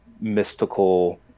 mystical